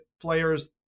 players